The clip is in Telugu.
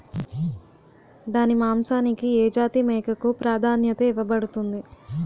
దాని మాంసానికి ఏ జాతి మేకకు ప్రాధాన్యత ఇవ్వబడుతుంది?